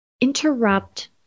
interrupt